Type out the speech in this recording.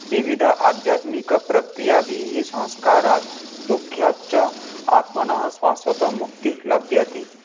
विविध आध्यात्मिकप्रक्रियाभिः संस्कारात् दुःखात् च आत्मनः शाश्वतमुक्तिः लभ्यते